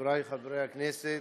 חבריי חברי הכנסת,